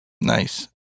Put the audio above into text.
Nice